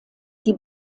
die